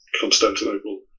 Constantinople